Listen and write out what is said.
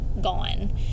gone